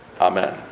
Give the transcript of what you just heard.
Amen